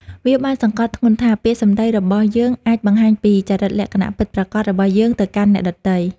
វាបានសង្កត់ធ្ងន់ថា ពាក្យសម្ដីរបស់យើងអាចបង្ហាញពីចរិតលក្ខណៈពិតប្រាកដរបស់យើងទៅកាន់អ្នកដទៃ។